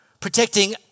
protecting